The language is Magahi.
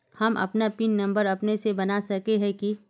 हम अपन पिन नंबर अपने से बना सके है की?